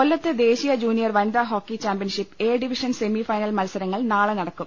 കൊല്ലത്ത് ദേശീയ ജൂനിയർ വനിതാ hockey championship A division semi final മത്സരങ്ങൾ നാളെ നടക്കും